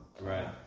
Right